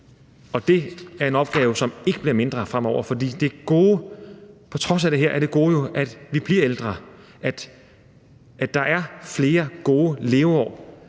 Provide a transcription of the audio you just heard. og det er en opgave, som ikke bliver mindre fremover. For på trods af det her er det gode jo, at vi bliver ældre, at der er flere gode leveår,